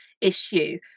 issue